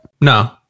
No